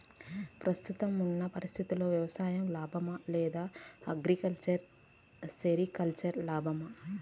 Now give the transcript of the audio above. ప్రస్తుతం ఉన్న పరిస్థితుల్లో వ్యవసాయం లాభమా? లేదా హార్టికల్చర్, సెరికల్చర్ లాభమా?